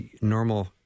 normal